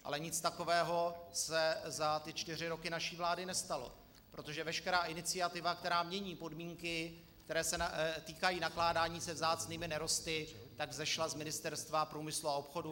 Ale nic takového se za ty čtyři roky naší vlády nestalo, protože veškerá iniciativa, která mění podmínky, které se týkají nakládání se vzácnými nerosty, vzešla z Ministerstva průmyslu a obchodu.